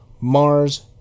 mars